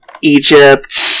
Egypt